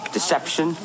Deception